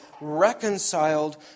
reconciled